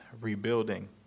rebuilding